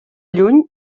lluny